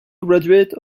graduate